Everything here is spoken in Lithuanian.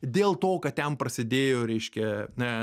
dėl to kad ten prasidėjo reiškia a